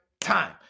time